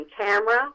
camera